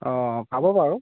অঁ পাব বাৰু